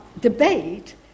debate